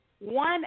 one